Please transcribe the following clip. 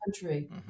country